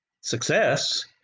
success